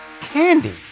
candy